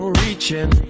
reaching